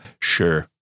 Sure